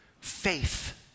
faith